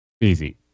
Easy